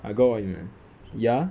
I got what you mean ya